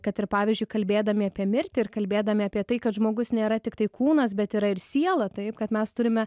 kad ir pavyzdžiui kalbėdami apie mirtį ir kalbėdami apie tai kad žmogus nėra tiktai kūnas bet yra ir siela taip kad mes turime